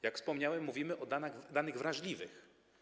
Jak wspomniałem, mówimy o danych wrażliwych.